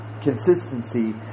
consistency